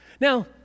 Now